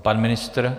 Pan ministr?